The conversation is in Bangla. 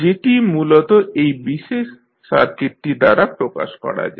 যেটি মূলত এই বিশেষ সার্কিট দ্বারা প্রকাশ করা যায়